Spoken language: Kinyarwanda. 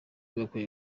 bakwiye